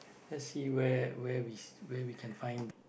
let's see where where we where we can find